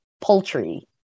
poultry